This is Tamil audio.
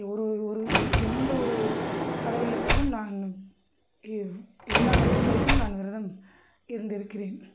ஒரு ஒரு எல் எந்த ஒரு கடவுளுக்கும் நான் எ எல்லா கடவுள்களுக்கும் நான் விரதம் இருந்துருக்கிறேன்